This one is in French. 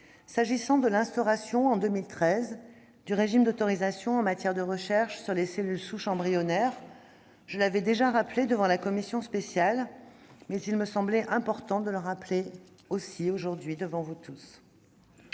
s'agissant de l'instauration, en 2013, du régime d'autorisation en matière de recherche sur les cellules souches embryonnaires. Je l'ai déjà rappelé devant la commission spéciale, mais il me semblait important d'y insister aussi à cette